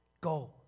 Go